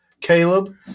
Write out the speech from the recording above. Caleb